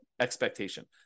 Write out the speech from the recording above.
expectation